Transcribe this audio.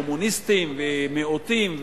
קומוניסטים ומיעוטים,